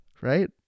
right